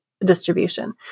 distribution